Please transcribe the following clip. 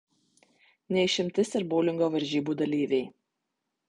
ne išimtis ir boulingo varžybų dalyviai